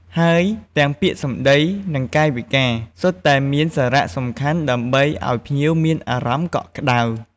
ហើយទាំងពាក្យសម្ដី និងកាយវិការសុទ្ធតែមានសារៈសំខាន់ដើម្បីឱ្យភ្ញៀវមានអារម្មណ៍កក់ក្តៅ។